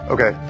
Okay